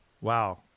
Wow